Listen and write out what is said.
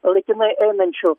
laikinai einančiu